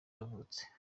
yavutse